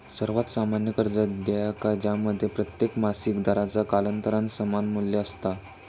सर्वात सामान्य कर्ज देयका ज्यामध्ये प्रत्येक मासिक दराचा कालांतरान समान मू्ल्य असता